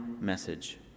message